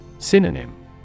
Synonym